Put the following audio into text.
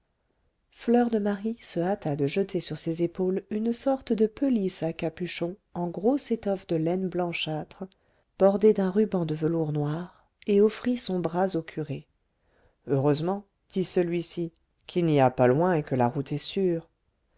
fleur de marie se hâta de jeter sur ses épaules une sorte de pelisse à capuchon en grosse étoffe de laine blanchâtre bordée d'un ruban de velours noir et offrit son bras au curé heureusement dit celui-ci qu'il n'y a pas loin et que la route est sûre